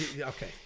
Okay